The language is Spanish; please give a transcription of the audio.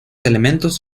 elementos